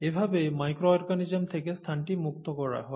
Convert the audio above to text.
এভাবে micro organism থেকে স্থানটি মুক্ত করা হয়